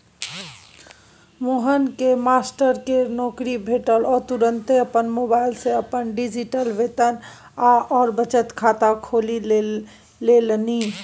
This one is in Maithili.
मोहनकेँ मास्टरकेर नौकरी भेटल ओ तुरते अपन मोबाइल सँ अपन डिजिटल वेतन आओर बचत खाता खोलि लेलनि